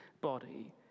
body